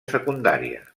secundària